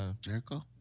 Jericho